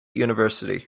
university